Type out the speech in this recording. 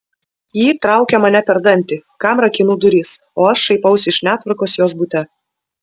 ji traukia mane per dantį kam rakinu duris o aš šaipausi iš netvarkos jos bute